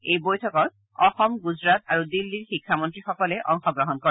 এই বৈঠকত অসম গুজৰাট আৰু দিল্লীৰ শিক্ষামন্ত্ৰীসকলে অংশগ্ৰহণ কৰে